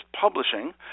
Publishing